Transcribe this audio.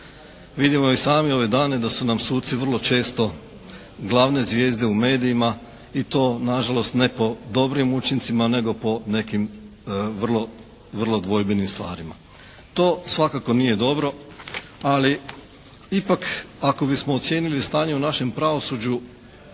Vidimo i sami ove dane da su nam suci vrlo često glavne zvijezde u medijima i to na žalost ne po dobrim učincima nego po nekim vrlo dvojbenim stvarima. To svakako nije dobro, ali ipak ako bismo ocijenili stanje u našem pravosuđu